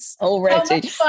already